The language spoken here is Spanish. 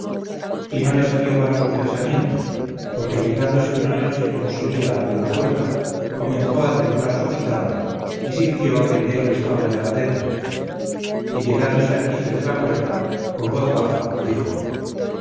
y no le salió vano su pensamiento porque llegándose una noche como solía a la puerta comenzó a templar su guitarra y sintió que el negro estaba ya atento y llegándose al quicio de la puerta con voz baja dijo